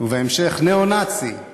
ובהמשך "ניאו-נאצי".